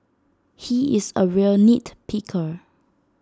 he is A real nit picker